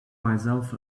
myself